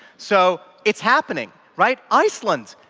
so it's happening, right? iceland,